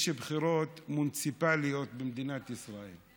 יש בחירות מוניציפליות במדינת ישראל,